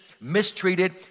mistreated